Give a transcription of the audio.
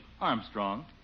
Armstrong